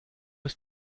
ist